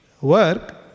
Work